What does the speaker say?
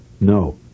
No